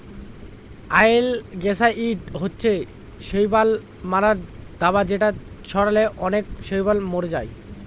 অয়েলগেসাইড হচ্ছে শৈবাল মারার দাবা যেটা ছড়ালে অনেক শৈবাল মরে যায়